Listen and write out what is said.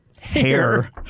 hair